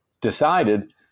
decided